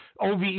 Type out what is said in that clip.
OVE